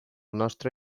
nostre